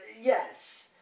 Yes